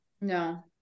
No